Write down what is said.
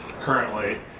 currently